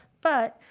but,